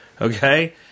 okay